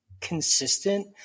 consistent